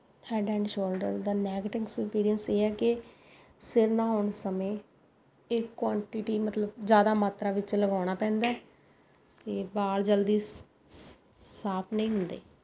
hand and shoulder ਦਾ negative experience ਇਹ ਹੈ ਕਿ ਸਿਰ ਨਹਾਉਣ ਸਮੇਂ ਇਹ ਕੁਆਂਟਟੀ ਮਤਲਬ ਜ਼ਿਆਦਾ ਮਾਤਰਾ ਵਿੱਚ ਲਗਾਉਣਾ ਪੈਂਦਾ ਹੈ ਅਤੇ ਵਾਲ ਜਲਦੀ ਸ ਸ ਸਾਫ ਨਹੀਂ ਹੁੰਦੇ